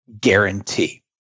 guarantee